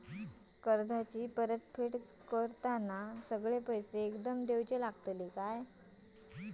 कर्जाची परत फेड करताना सगळे पैसे एकदम देवचे लागतत काय?